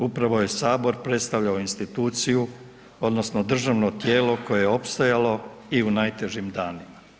Upravo je sabor predstavljao instituciju odnosno državno tijelo koje je opstajalo i u najtežim danima.